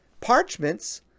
parchments